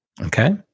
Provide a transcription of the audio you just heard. Okay